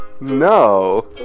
No